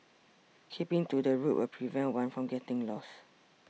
keeping to the route will prevent one from getting lost